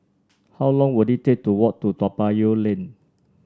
how long will it take to walk to Toa Payoh Lane